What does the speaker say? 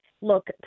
look